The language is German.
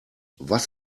was